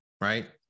right